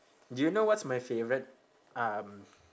do you know what's my favourite um